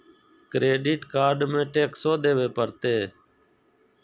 Credit card में टेक्सो देवे परते?